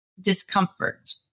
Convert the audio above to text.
discomfort